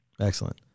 Excellent